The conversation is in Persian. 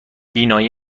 بینایی